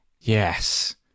yes